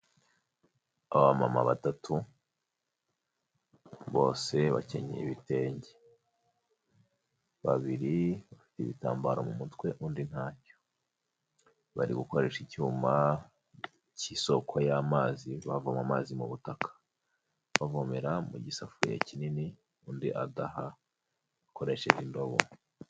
Abamama batatu bose bakenyeye ibitenge, babiri bafite ibitambaro mu mutwe, undi ntacyo, bari gukoresha icyuma cy'isoko y'amazi bavoma amazi mu butaka, bavomera mu gisafuriya kinini, undi adaha akoresheje indobo.